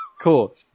cool